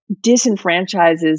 disenfranchises